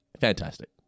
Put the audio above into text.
fantastic